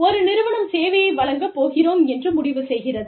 ஒரு நிறுவனம் சேவையை வழங்கப் போகிறோம் என்று முடிவு செய்கிறது